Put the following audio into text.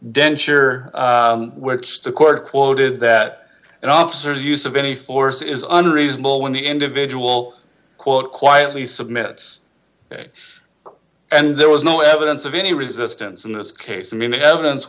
densher which the court quoted that and officers use of any force is unreasonable when the individual quote quietly submit and there was no evidence of any resistance in this case i mean the evidence